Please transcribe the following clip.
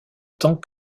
tant